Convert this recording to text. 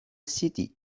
city